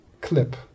clip